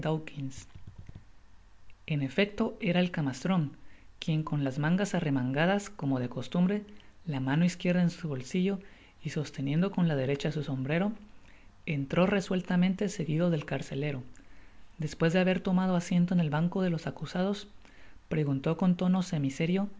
en efecto era el camastrpn quien con las mangas arremangadas como de costumbre la mano izquierda en su bolsillo y sosteniendo con la derecha su sombrero entró resueltamente seguido del carcelero despues de haber tomado asiento en el banco de los acusados preguntó con tono